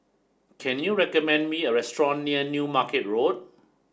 can you recommend me a restaurant near New Market Road